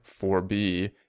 4B